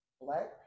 black